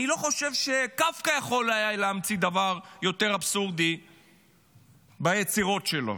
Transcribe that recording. אני לא חושב שקפקא יכול היה להמציא דבר יותר אבסורדי ביצירות שלו.